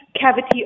cavity